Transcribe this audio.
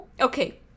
Okay